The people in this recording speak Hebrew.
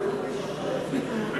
הלאומי (תיקון,